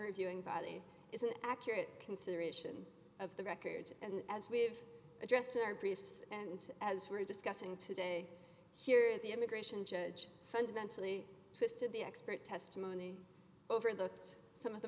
reviewing body is an accurate consideration of the record and as we've addressed in our briefs and as we're discussing today here the immigration judge fundamentally twisted the expert testimony over the some of the